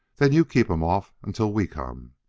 then you keep em off until we come!